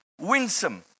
winsome